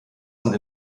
sind